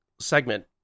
segment